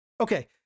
Okay